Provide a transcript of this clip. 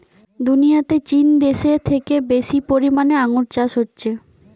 দুনিয়াতে চীন দেশে থেকে বেশি পরিমাণে আঙ্গুর চাষ হচ্ছে